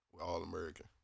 All-American